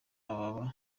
ababa